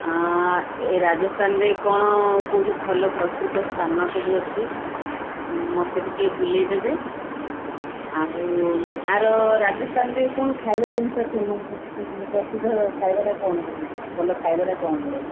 ଆ ଏ ରାଜସ୍ଥାନରେ କ'ଣ କୋଉଠି ଭଲ ପ୍ରସିଦ୍ଧ ସ୍ଥାନ ସବୁ ଅଛି ମୋତେ ଟିକେ ବୁଲେଇଦେବେ ଆଉ ଏହାର ରାଜସ୍ଥାନରେ କ'ଣ ଖାଇବା ଜିନିଷ ଫେମସ୍ ଅଛି ପ୍ରସିଦ୍ଧ ଖାଇବା କ'ଣ ସେଠି ଭଲ ଖାଇବାଟା କ'ଣ ମିଳେ